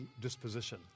disposition